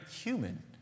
human